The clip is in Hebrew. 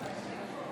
מצביעה סעיד אלחרומי,